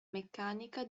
meccanica